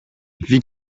wie